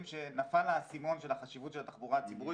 שנפל האסימון של החשיבות של התחבורה הציבורית.